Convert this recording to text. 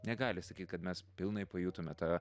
negali sakyt kad mes pilnai pajutome tą